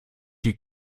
die